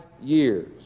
years